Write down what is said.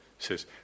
Says